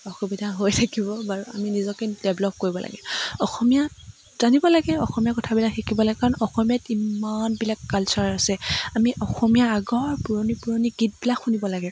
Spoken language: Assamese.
অসুবিধা হৈ থাকিব বাৰু আমি নিজকে ডেভলপ কৰিব লাগে অসমীয়া জানিব লাগে অসমীয়া কথাবিলাক শিকিব লাগে কাৰণ অসমীয়াত ইমানবিলাক কালচাৰ আছে আমি অসমীয়া আগৰ পুৰণি পুৰণি গীতবিলাক শুনিব লাগে